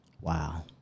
Wow